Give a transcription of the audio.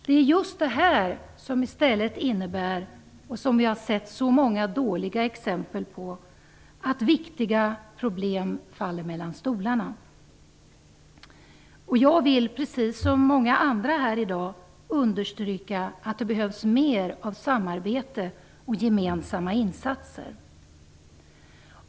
Det är just detta som i stället innebär - vi har sett många dåliga exempel på det - att viktiga problem faller mellan stolarna. Jag vill, precis som många andra här i dag, understryka att det behövs mer av samarbete och gemensamma insatser.